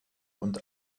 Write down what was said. und